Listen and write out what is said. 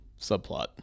subplot